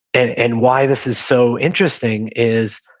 and and why this is so interesting is,